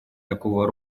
такого